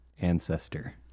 Ancestor